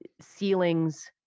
ceilings